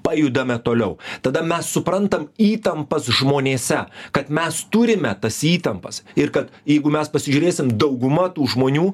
pajudame toliau tada mes suprantam įtampas žmonėse kad mes turime tas įtampas ir kad jeigu mes pasižiūrėsim dauguma tų žmonių